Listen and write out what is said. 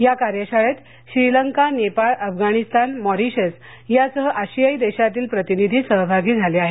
या कार्यशाळेत श्रीलंका नेपाळ अफगाणिस्तान मॉरीशस यासह आशियाई देशातील प्रतिनिधी सहभागी झाले आहेत